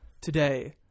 today